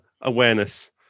awareness